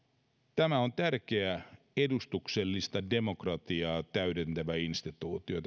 tämä kansalaisaloite on tärkeä edustuksellista demokratiaa täydentävä instituutio